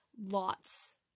Lots